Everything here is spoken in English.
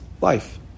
life